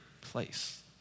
place